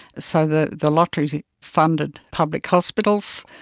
so the the lotteries funded public hospitals,